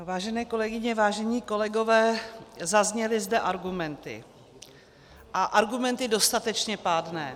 Vážené kolegyně, vážení kolegové, zazněly zde argumenty, a argumenty dostatečně pádné.